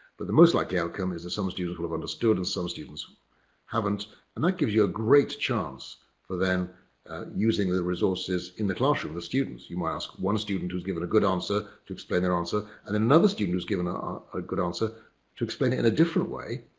but the most likely outcome is that some students will have understood and some students haven't and that gives you a great chance for them using their resources in the classroom, the students. you might ask one student who's given a good answer to explain their answer and another student who's given a a good answer to explain it in a different way.